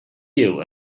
you